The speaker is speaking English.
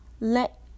let